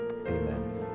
Amen